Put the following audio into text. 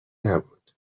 نبود